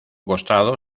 costado